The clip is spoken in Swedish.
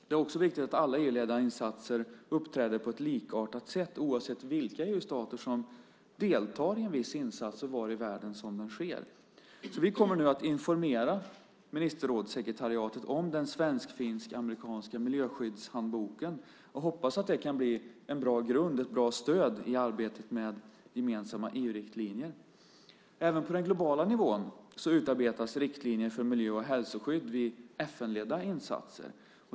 Det är också viktigt att alla EU-ledda insatser sker på ett likartat sätt, oavsett vilka EU-stater som deltar i en viss insats och oavsett var i världen den äger rum. Vi kommer nu att informera ministerrådssekretariatet om den svensk-finsk-amerikanska miljöskyddshandboken och hoppas att den kan bli en bra grund och ge ett bra stöd i arbetet med gemensamma EU-riktlinjer. Även på den globala nivån utarbetas riktlinjer för miljö och hälsoskydd vid FN-ledda insatser.